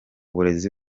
burezi